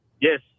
Yes